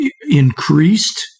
increased